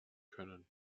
können